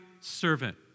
servant